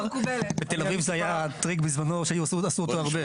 בתל אביב זה היה טריק בזמנו שעשו אותו הרבה.